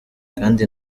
kandi